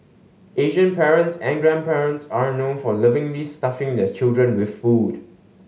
Asian parents and grandparents are known for lovingly stuffing their children with food